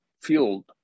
field